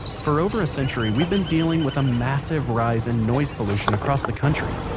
for over a century we've been dealing with a massive rise in noise pollution across the country,